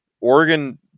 Oregon